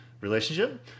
Relationship